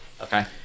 okay